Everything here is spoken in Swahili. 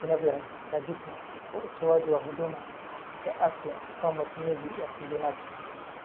vinavyoitajika kwa utoaji wa huduma za afya au matumizi ya kibinafsi.